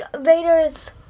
Vader's